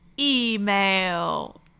email